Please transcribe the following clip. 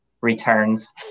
returns